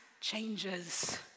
changes